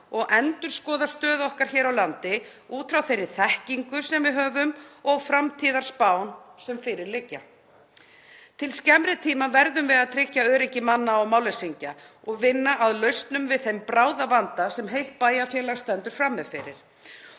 og endurskoða stöðu okkar hér á landi út frá þeirri þekkingu sem við höfum og framtíðarspám sem fyrir liggja. Til skemmri tíma verðum við að tryggja öryggi manna og málleysingja og vinna að lausnum við þeim bráðavanda sem heilt bæjarfélag stendur frammi fyrir